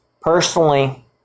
Personally